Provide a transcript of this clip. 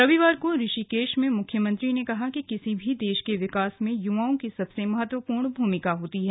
रविवार को ऋषिकेश में मुख्यमंत्री ने कहा कि किसी भी देश के विकास में युवाओं की सबसे महत्वपूर्ण भूमिका होती है